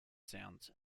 sounds